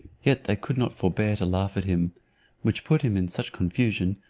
yet they could not forbear to laugh at him which put him into such confusion,